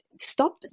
stop